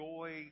Joy